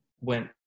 went